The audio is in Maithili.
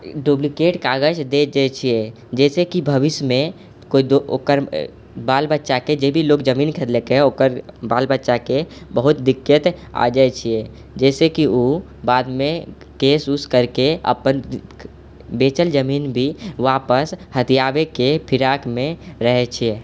डुप्लीकेट कागज दे दै छियै जाहिसँ कि भविष्यमे कोइ ओकर बाल बच्चाके जे भी लोग जमीन खरीदलकै ओकर बाल बच्चाके बहुत दिक्कत आ जाइ छियै जइसे कि उ केस उस करके अपन बेचल जमीन भी वापस हथिआवेके फिराकमे रहै छियै